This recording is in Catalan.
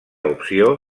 opció